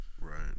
Right